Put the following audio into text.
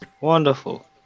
Wonderful